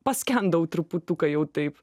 paskendau truputuką jau taip